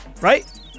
right